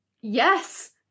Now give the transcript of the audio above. Yes